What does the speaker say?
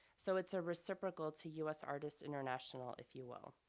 so it's a reciprocal to usartists international, if you will.